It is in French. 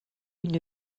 une